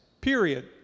period